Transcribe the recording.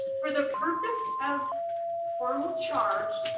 for the purpose of formal charge,